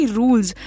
rules